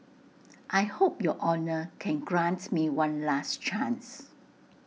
I hope your honour can grant me one last chance